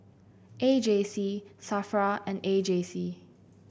A J C Safra and A J C